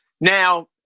now